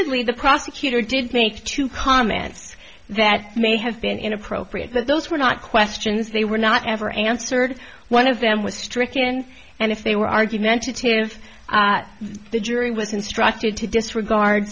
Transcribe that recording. y the prosecutor did make two comments that may have been inappropriate but those were not questions they were not ever answered one of them was stricken and if they were argumentative the jury was instructed to disregard